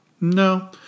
No